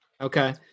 okay